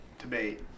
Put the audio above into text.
debate